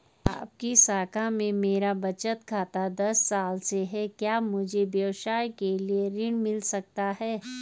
आपकी शाखा में मेरा बचत खाता दस साल से है क्या मुझे व्यवसाय के लिए ऋण मिल सकता है?